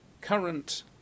current